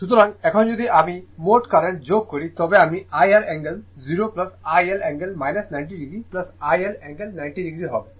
সুতরাং এখন যদি আমি মোট কারেন্ট যোগ করি তবে আমি IR angle 0 IL angle 90o IL angle 90o হবে